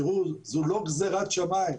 תראו, זו לא גזירת שמיים.